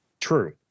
True